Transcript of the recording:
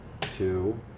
two